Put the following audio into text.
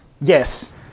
yes